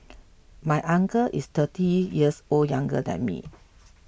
my uncle is thirty years O younger than me